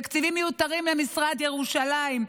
תקציבים מיותרים למשרד ירושלים,